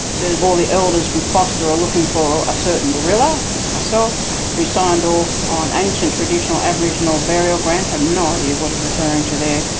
says all the elders from foster are looking for a certain gorilla that's myself, who signed off on ancient traditional aboriginal burial grounds. i have no idea what he's referring to there.